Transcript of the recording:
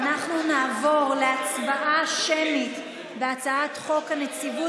אנחנו נעבור להצבעה שמית על הצעת חוק הנציבות